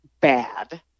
bad